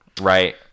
right